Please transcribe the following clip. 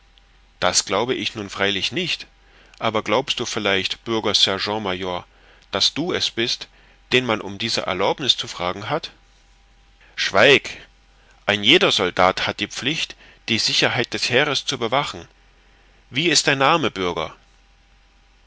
das glaube ich nun freilich nicht aber glaubst du vielleicht bürger sergent major daß du es bist den man um die erlaubniß zu fragen hat schweig ein jeder soldat hat die pflicht die sicherheit des heeres zu bewachen wie ist dein name bürger